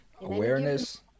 Awareness